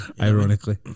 ironically